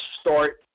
start